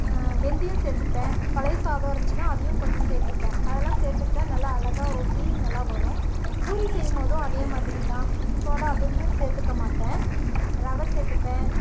வெந்தயம் சேர்த்துப்பேன் பழைய சாதம் இருந்துச்சின்னால் அதையும் கொஞ்சம் சேர்த்துப்பேன் அதெல்லாம் சேர்த்துக்கிட்டா நல்லா அழகாக உப்பி நல்லா வரும் பூரி செய்யும்போதும் அதேமாதிரி தான் சோடா அதுக்கும் சேர்த்துக்க மாட்டேன் ரவை சேர்த்துப்பேன்